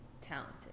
talented